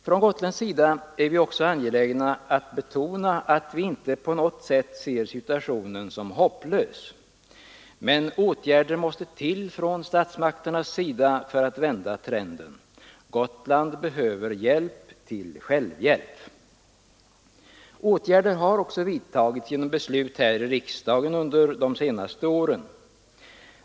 Från gotländsk sida är vi också angelägna att betona att vi inte på något sätt ser situationen som hopplös. Men åtgärder måste till från statsmakternas sida för att vända trenden. Gotland behöver hjälp till självhjälp. Åtgärder har också vidtagits genom beslut här i riksdagen under de senaste åren.